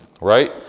Right